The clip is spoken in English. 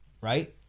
right